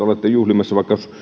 olette juhlimassa vaikka